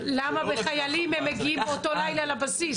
חיילים מגיעים באותו לילה לבסיס.